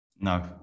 No